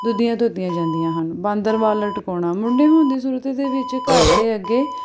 ਦੁੱਧੀਆਂ ਧੋਤੀਆਂ ਜਾਂਦੀਆਂ ਹਨ ਬਾਂਦਰ ਵਾਲ ਟਿਕਾਉਣਾ ਮੁੰਡਾ ਹੋਣ ਦੀ ਸੂਰਤ ਦੇ ਵਿੱਚ ਘਰ ਦੇ ਅੱਗੇ